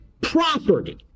property